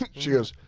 she goes,